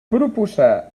proposar